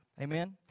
Amen